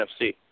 NFC